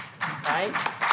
Right